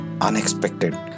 unexpected